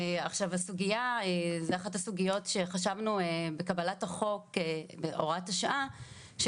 עכשיו הסוגייה וזו אחת הסוגיות שחשבנו בקבלת החוק בהוראת השעה,